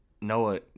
Noah